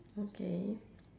okay